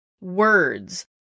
words